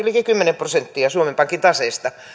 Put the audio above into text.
liki kymmenen prosenttia suomen pankin taseesta